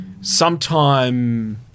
Sometime